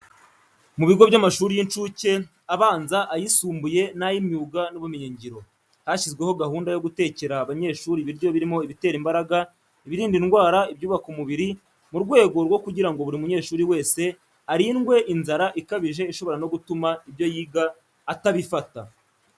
Mu bigo by'amashuri y'incuke, abanza, ayisumbuye n'ay'imyuga n'ubumenyingiro, hashyizweho gahunda yo gutekera abanyeshuri ibiryo birimo ibitera imbaraga, ibirinda indwara, ibyubaka umubiri, mu rwego rwo kugira ngo buri munyeshuri wese arindwe inzara ikabije ishobora no gutuma ibyo yiga atabifata.